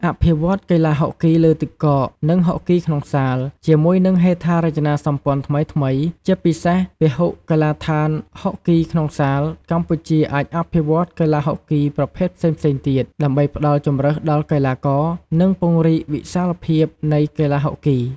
អភិវឌ្ឍកីឡាហុកគីលើទឹកកក និងហុកគីក្នុងសាល ជាមួយនឹងហេដ្ឋារចនាសម្ព័ន្ធថ្មីៗ ជាពិសេសពហុកីឡដ្ឋានហុកគីក្នុងសាល កម្ពុជាអាចអភិវឌ្ឍកីឡាហុកគីប្រភេទផ្សេងៗទៀត ដើម្បីផ្តល់ជម្រើសដល់កីឡាករ និងពង្រីកវិសាលភាពនៃកីឡាហុកគី។